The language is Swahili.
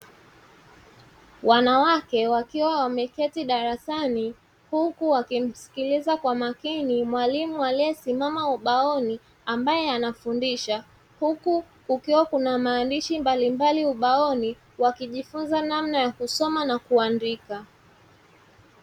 Wanawake wakiwa wameketi darasani huku wakimsikiliza kwa makini mwalimu aliyesimama ubaoni ambaye anafundisha, huku kukiwa kuna maandishi mbalimbali ubaoni wakijifunza namna ya kusoma na kuandika.